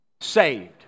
saved